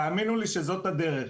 תאמינו לי שזאת הדרך.